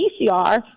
PCR